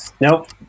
nope